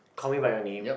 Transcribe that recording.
Call-Me-by-Your-Name